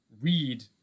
read